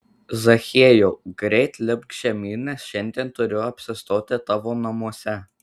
zachiejau greit lipk žemyn nes šiandien turiu apsistoti tavo namuose